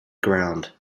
ground